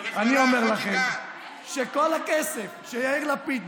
אני אומר לכם שכל הכסף שיאיר לפיד,